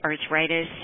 arthritis